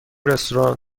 رستوران